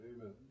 Amen